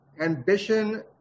ambition